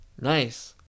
Nice